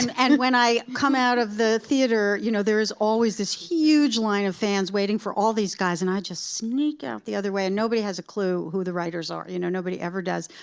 and and when i come out of the theater, you know there's always this huge line of fans waiting for all these guys. and i just sneak out the other way, and nobody has a clue who the writers are. you know nobody ever does.